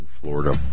Florida